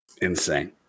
Insane